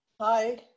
Hi